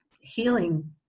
healing